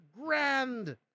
grand